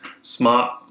smart